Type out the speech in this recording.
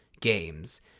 games